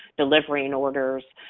delivering orders,